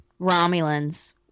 Romulans